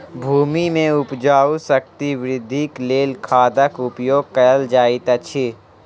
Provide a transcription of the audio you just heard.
भूमि के उपजाऊ शक्ति वृद्धिक लेल खादक उपयोग कयल जाइत अछि